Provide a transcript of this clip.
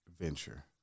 venture